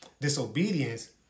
disobedience